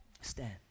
Stand